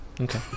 okay